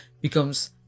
becomes